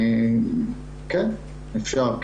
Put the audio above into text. כן, אפשר.